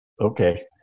Okay